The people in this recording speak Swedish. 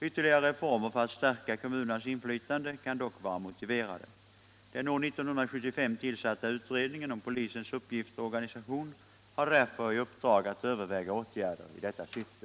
Ytterligare reformer för att stärka kommunernas inflytande kan dock vara motiverade. Den år 1975 tillsatta utredningen om polisens uppgifter och organisation har därför i uppdrag att överväga åtgärder i detta syfte.